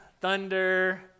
thunder